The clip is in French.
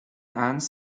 hans